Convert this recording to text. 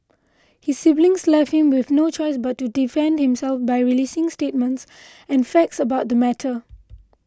his siblings left him with no choice but to defend himself by releasing statements and facts about the matter